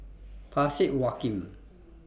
Parsick Joaquim